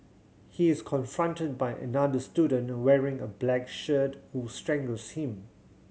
he is confronted by another student wearing a black shirt who strangles him